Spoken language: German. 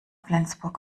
flensburg